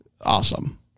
awesome